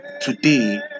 today